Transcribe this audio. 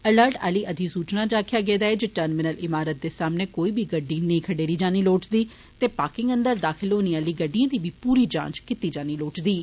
alert आहली अधिसूचना च आखेआ गेदा ऐ जे टर्मिनल इमारत दे सामने कोई बी गड़डी नेई खडेरी जानी लोड़चदी ऐ ते पार्किंग अंदर दाखल होने आह्ली गड़ि्डएं दी बी पूरी जांच कीती जानी लोड़चदी ऐ